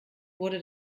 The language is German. wurde